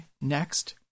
next